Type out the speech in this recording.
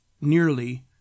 nearly